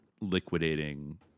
liquidating